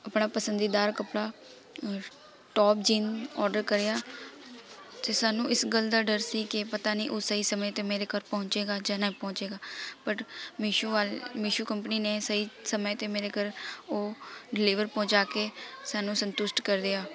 ਆਪਣਾ ਪਸੰਦੀਦਾਰ ਕੱਪੜਾ ਟੌਪ ਜੀਨ ਔਡਰ ਕਰਿਆ ਤਾਂ ਸਾਨੂੰ ਇਸ ਗੱਲ ਦਾ ਡਰ ਸੀ ਕਿ ਪਤਾ ਨਹੀਂ ਉਹ ਸਹੀ ਸਮੇਂ 'ਤੇ ਮੇਰੇ ਘਰ ਪਹੁੰਚੇਗਾ ਜਾਂ ਨਾ ਪਹੁੰਚੇਗਾ ਬਟ ਮੇਸ਼ੋ ਵਾਲ ਮੇਸ਼ੋ ਕੰਪਨੀ ਨੇ ਸਹੀ ਸਮੇਂ 'ਤੇ ਮੇਰੇ ਘਰ ਉਹ ਡਿਲੀਵਰ ਪਹੁੰਚਾ ਕੇ ਸਾਨੂੰ ਸੰਤੁਸ਼ਟ ਕਰ ਦਿਆ